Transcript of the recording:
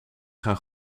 gaan